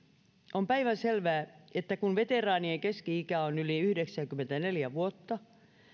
on päivänselvää että kun veteraanien keski ikä on yli yhdeksänkymmentäneljä vuotta